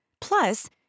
Plus